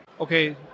okay